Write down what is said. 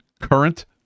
current